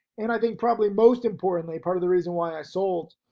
and i think probably most importantly, part of the reason why i sold,